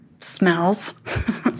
smells